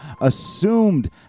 assumed